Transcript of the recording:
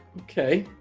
okay